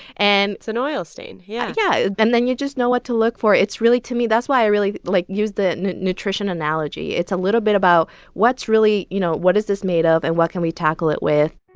and. it's an oil stain. yeah yeah. and then you just know what to look for. it's really to me that's why i really, like, use the nutrition analogy. it's a little bit about what's really you know, what is this made of, and what can we tackle it with?